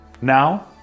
now